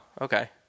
okay